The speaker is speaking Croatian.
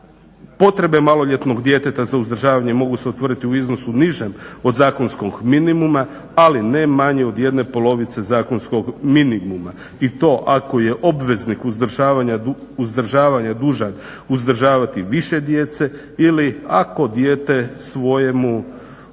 Potrebe maloljetnog djeteta za uzdržavanje mogu se utvrditi u iznosu nižem od zakonskog minimuma, ali ne manji od jedne polovice zakonskog minimuma i to ako je obveznik uzdržavanja dužan uzdržavati više djece ili ako dijete svojemu